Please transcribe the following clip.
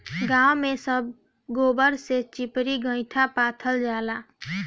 गांव में सब गोबर से चिपरी गोइठा पाथल जाला